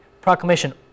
proclamation